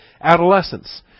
adolescence